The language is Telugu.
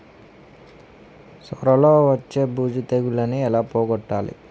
సొర లో వచ్చే బూజు తెగులని ఏల పోగొట్టాలి?